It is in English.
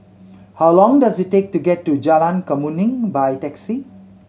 how long does it take to get to Jalan Kemuning by taxi